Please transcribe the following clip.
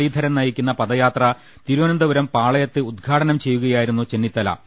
മുരളീധരൻ നയിക്കുന്ന പദയാത്ര തിരുവനന്തപുരം പാളയത്ത് ഉദ്ഘാടനം ചെയ്യുകയായിരുന്നു ചെന്നിത്തല